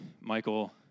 Michael